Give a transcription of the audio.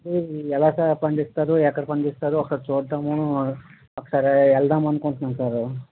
అది ఎలాగా పండిస్తారో ఎక్కడ పండిస్తారో ఒకసారి చూద్దాము ఒకసారి వెళ్దాం అనుకుంటున్నాం సారు